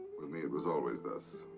with me, it was always thus.